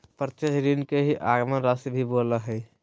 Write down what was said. प्रत्यक्ष ऋण के ही आगमन राशी भी बोला हइ